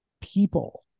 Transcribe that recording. people